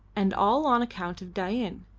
and all on account of dain.